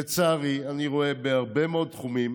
לצערי, אני רואה בהרבה מאוד תחומים